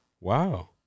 Wow